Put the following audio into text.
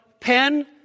pen